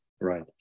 Right